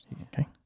Okay